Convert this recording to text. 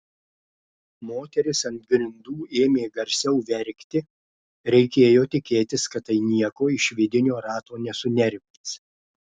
moteris ant grindų ėmė garsiau verkti reikėjo tikėtis kad tai nieko iš vidinio rato nesunervins